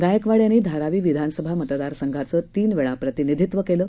गायकवाड यांनी धारावी विधानसभा मतदारसंघाचे तीन वेळा प्रतिनिधित्व केलं